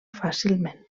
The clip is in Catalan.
fàcilment